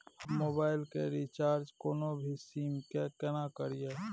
हम मोबाइल के रिचार्ज कोनो भी सीम के केना करिए?